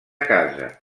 casa